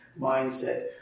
mindset